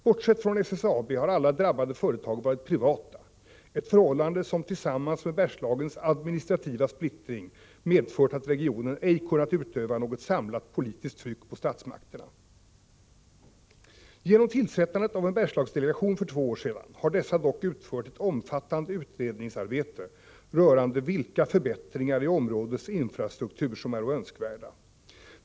Bortsett från SSAB har alla drabbade företag varit privata, ett förhållande som tillsammans med Bergslagens administrativa splittring medfört att regionen ej kunnat utöva något samlat politiskt tryck på statsmakterna. Genom tillsättandet av en Bergslagsdelegation för två år sedan har dessa dock utfört ett omfattande utredningsarbete rörande vilka förbättringar i områdets infrastruktur som är önskvärda.